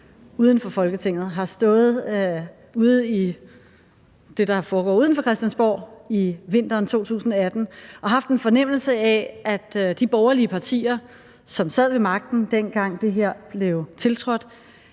uden for Folketinget, og altså har stået ude i det, der foregår uden for Christiansborg, i vinteren 2018 og haft en fornemmelse af, at de borgerlige partier, som sad ved magten dengang, det her blev tiltrådt,